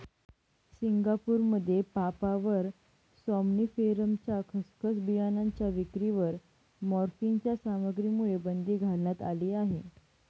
सिंगापूरमध्ये पापाव्हर सॉम्निफेरमच्या खसखस बियाणांच्या विक्रीवर मॉर्फिनच्या सामग्रीमुळे बंदी घालण्यात आली आहे